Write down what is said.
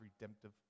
redemptive